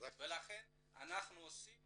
לכן אנחנו עושים